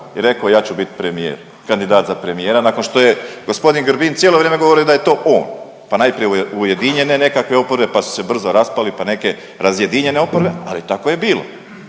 i rekao ja ću biti premijer, kandidat za premijera nakon što je g. Grbin cijelo vrijeme govorio da je to on, pa najprije ujedinjene nekakve oporbe pa su se brzo raspali, pa neke razjedinjene oporbe, ali tako je bilo